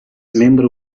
membre